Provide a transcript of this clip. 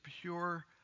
pure